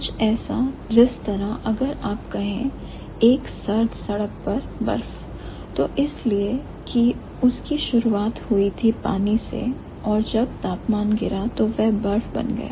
कुछ ऐसा जिस तरह अगर आप कहें एक सर्द सड़क पर बर्फ तो इसलिए कि उसकी शुरुआत हुई थी पानी से और जब तापमान गिरा तो वह बर्फ बन गया